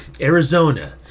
Arizona